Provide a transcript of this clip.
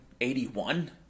81